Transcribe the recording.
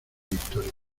historia